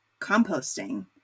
composting